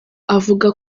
avuga